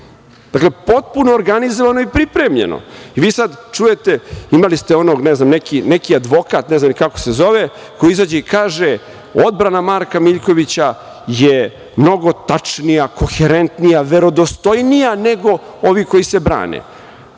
Dakle, potpuno organizovano i pripremljeno i vi sad čujete, imali ste onog, ne znam, neki advokat, ne znam ni kako se zove, koji izađe i kaže – odbrana Marka Miljkovića je mnogo tačnija, koherentnija, verodostojnija nego ovi koji se brane.